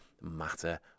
matter